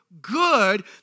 good